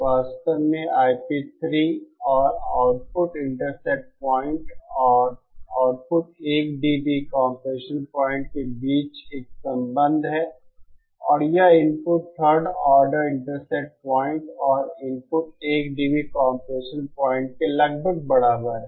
वास्तव में Ip3 और आउटपुट इंटरसेप्ट पॉइंट और आउटपुट 1 dB कम्प्रेशन पॉइंट के बीच एक संबंध है और यह input third order intercept point और इनपुट 1 dB कम्प्रेशन पॉइंट के लगभग बराबर है